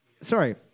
sorry